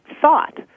thought